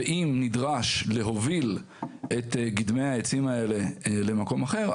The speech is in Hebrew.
ואם נדרש להוביל את גדמי העצים האלה למקום אחר,